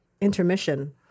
intermission